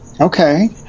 Okay